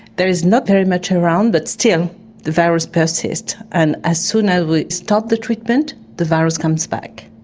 there is not very much around, but still the virus persists, and as soon as we stop the treatment the virus comes back.